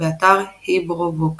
באתר היברובוקס